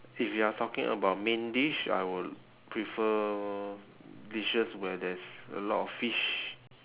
if you are talking about main dish I would prefer dishes where there's a lot of fish